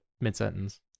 mid-sentence